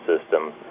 system